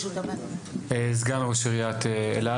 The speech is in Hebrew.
סגן ראש עיריית אילת.